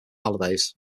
holidays